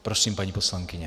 Prosím, paní poslankyně.